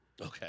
Okay